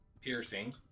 piercing